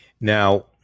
Now